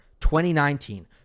2019